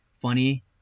funny